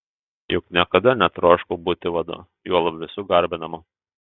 juk niekada netroško būti vadu juolab visų garbinamu